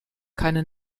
keine